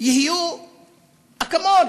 יהיו אקמול